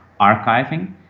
archiving